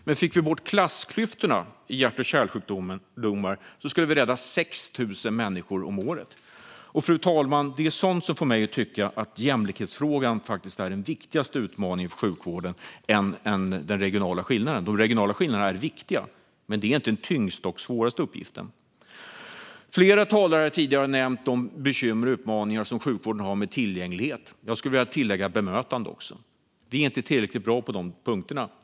Men om vi fick bort klassklyftorna när det gäller hjärt-kärlsjukdomar skulle vi rädda 6 000 människor om året. Fru talman! Det är sådant som får mig att tycka att jämlikhetsfrågan faktiskt är den viktigaste utmaningen för sjukvården, viktigare än de regionala skillnaderna. De regionala skillnaderna är viktiga, men det är inte den tyngsta och svåraste uppgiften att få bort dem. Flera talare tidigare har nämnt de bekymmer och utmaningar som sjukvården har med tillgänglighet. Jag skulle vilja lägga till bemötande. Vi är inte tillräckligt bra på dessa punkter.